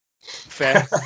Fair